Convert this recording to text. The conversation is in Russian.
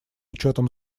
учетом